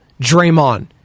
Draymond